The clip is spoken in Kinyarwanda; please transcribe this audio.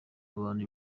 abantu